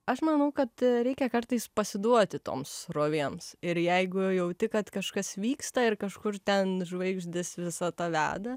aš manau kad reikia kartais pasiduoti toms srovėms ir jeigu jauti kad kažkas vyksta ir kažkur ten žvaigždės visata veda